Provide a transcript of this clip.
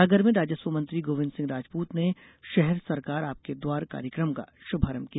सागर में राजस्व मंत्री गोविन्द सिंह राजपूत ने शहर सरकार आपके द्वार कार्यक्रम का शुभारंभ किया